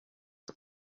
com